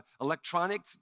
electronic